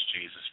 Jesus